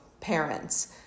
parents